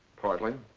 partly.